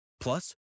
Plus